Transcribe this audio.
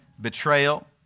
betrayal